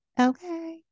okay